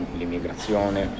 l'immigrazione